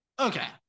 Okay